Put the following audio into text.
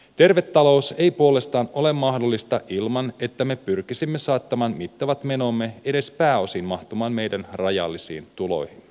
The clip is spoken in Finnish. terve talous ei puolestaan ole mahdollista ilman että me pyrkisimme saattamaan mittavat menomme edes pääosin mahtumaan meidän rajallisiin tuloihimme